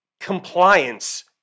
compliance